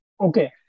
Okay